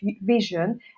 vision